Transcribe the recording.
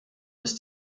ist